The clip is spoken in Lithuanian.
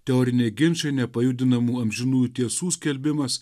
teoriniai ginčai nepajudinamų amžinųjų tiesų skelbimas